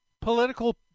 political